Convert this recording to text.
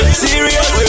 serious